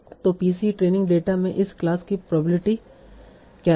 तो P c training data में इस क्लास की प्रोबेबिलिटी क्या है